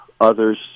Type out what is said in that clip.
others